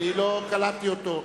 אני לא קלטתי אותו.